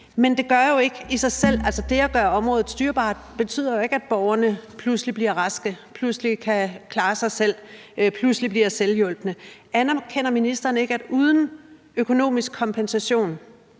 Men det at gøre området styrbart betyder jo ikke, at borgerne pludselig bliver raske, pludselig kan klare sig selv og pludselig bliver selvhjulpne. Anerkender ministeren ikke, at uden økonomisk kompensation